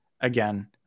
again